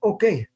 Okay